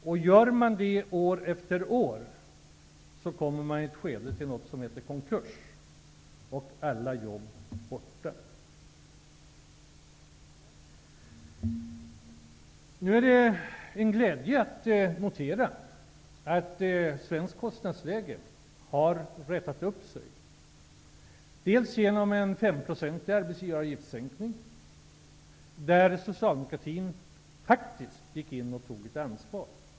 Fortsätter företagen på samma sätt år efter år kommer de till slut till ett skede som kallas för konkurs -- och alla jobb är borta. Nu är det en glädje att notera att det svenska kostnadsläget har rätat upp sig. Det beror bl.a. på en sänkning av arbetsgivaravgiften på 5 %. Där gick socialdemokratin faktiskt in och tog ansvar.